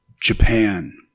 Japan